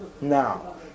now